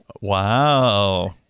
Wow